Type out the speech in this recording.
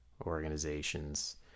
organizations